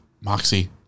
Moxie